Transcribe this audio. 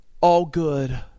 all-good